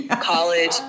college